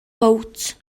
gowt